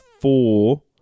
four